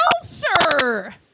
sir